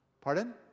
pardon